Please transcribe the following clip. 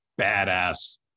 badass